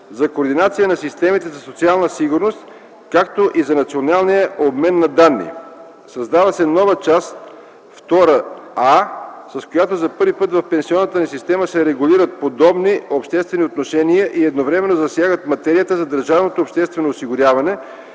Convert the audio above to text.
за координация на системите за социална сигурност, както и за националния обмен на данни. Създава се нова Част втора „А”, с която за първи път в пенсионната ни система се регулират подобни обществени отношения и едновременно засягат материята на